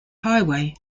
highway